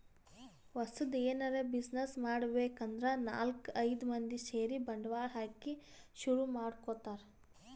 ಹೊಸದ್ ಎನರೆ ಬ್ಯುಸಿನೆಸ್ ಮಾಡ್ಬೇಕ್ ಅಂದ್ರ ನಾಲ್ಕ್ ಐದ್ ಮಂದಿ ಸೇರಿ ಬಂಡವಾಳ ಹಾಕಿ ಶುರು ಮಾಡ್ಕೊತಾರ್